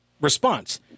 response